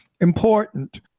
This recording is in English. important